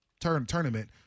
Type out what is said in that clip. tournament